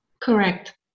correct